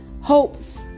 hopes